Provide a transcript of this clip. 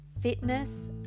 fitness